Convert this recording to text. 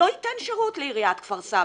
הוא לא ייתן שירות לעיריית כפר סבא.